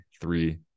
three